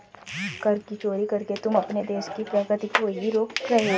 कर की चोरी करके तुम अपने देश की प्रगती को ही रोक रहे हो